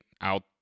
out